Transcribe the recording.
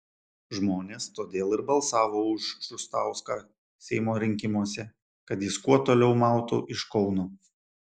žmonės todėl ir balsavo už šustauską seimo rinkimuose kad jis kuo toliau mautų iš kauno